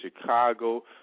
Chicago